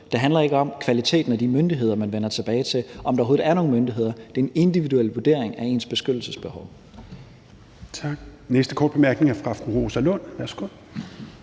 Det handler ikke om kvaliteten af de myndigheder, som man vender tilbage til, eller om der overhovedet er nogen myndigheder. Det er en individuel vurdering af ens beskyttelsesbehov.